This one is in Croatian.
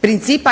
principa